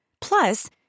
Plus